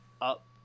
up